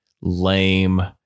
lame